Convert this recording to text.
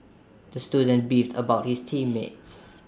the student beefed about his team mates